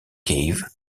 cave